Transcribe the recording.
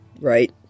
right